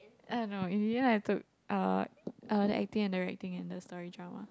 I don't know and you all have to uh the acting and directing in the story drama